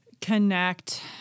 connect